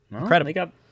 Incredible